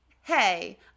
Hey